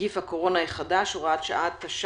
(נגיף הקורונה החדש הוראת שעה) (תיקון מס' 2),